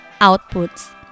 outputs